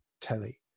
telly